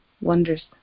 wonders